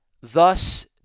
thus